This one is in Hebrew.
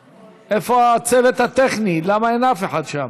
איפה צוות הטכני, למה אין אף אחד שם?